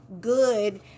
good